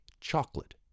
chocolate